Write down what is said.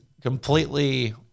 completely